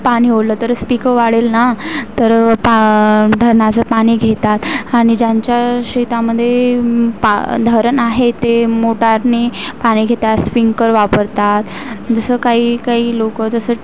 पाणी ओढलं तरच पिकं वाढेल ना तर पा धरणाचं पाणी घेतात आणि ज्यांच्या शेतामध्ये पा धरण आहे ते मोटारने पाणी घेतात स्फिन्कर वापरतात जसं काहीकाही लोकं जसं